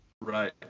Right